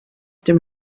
dem